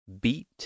beat